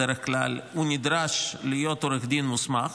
בדרך כלל הוא נדרש להיות עורך דין מוסמך,